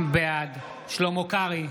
בעד שלמה קרעי